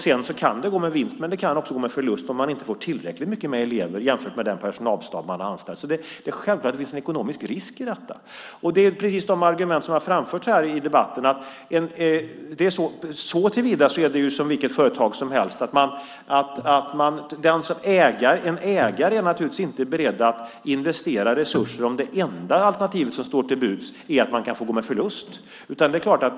Det kan gå med vinst, men det kan också gå med förlust om man inte får tillräckligt mycket mer elever jämfört med den personalstab man har anställt. Det är självklart att det finns en ekonomisk risk i detta. Det är precis de argument som har framförts här i debatten. Såtillvida är det som vilket företag som helst. En ägare är naturligtvis inte beredd att investera resurser om det enda alternativet som står till buds är att man kan få gå med förlust.